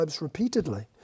repeatedly